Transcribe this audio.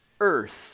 earth